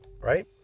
right